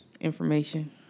Information